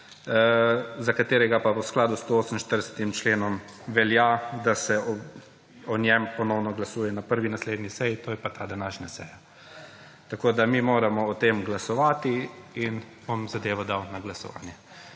za katerega pa v skladu s 148. členom velja, da se o njem ponovno glasuje na prvi naslednji seji, to je pa ta današnja seji. Tako moramo mi o tem glasovati in bom zadevo dal na glasovanje.